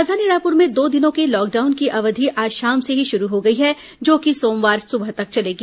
राजधानी रायपुर में दो दिनों के लॉकडाउन की अवधि आज शाम से ही शुरू हो गई है जो कि सोमवार सुबह तक चलेगी